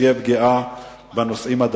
אני לא אתן שתהיה פגיעה בנושאים הדתיים,